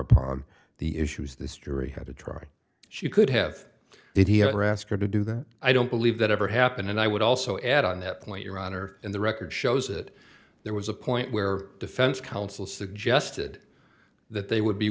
upon the issues this jury had to try she could have did he ever ask her to do that i don't believe that ever happened and i would also add on that point your honor and the record shows that there was a point where defense counsel suggested that they would be